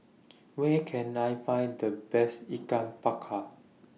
Where Can I Find The Best Ikan Bakar